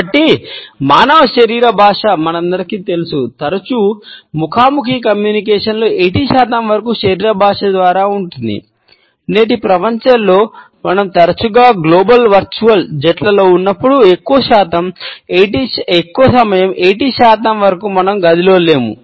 కాబట్టి మానవ శరీర భాష అంటే మనందరికీ తెలుసు తరచుగా ముఖాముఖి కమ్యూనికేషన్లో జట్లలో ఉన్నప్పుడు ఎక్కువ సమయం 80 శాతం వరకు మనం గదిలో లేము